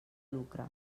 lucre